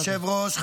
כבוד היושב-ראש,